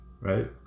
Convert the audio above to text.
Right